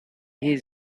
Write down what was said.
his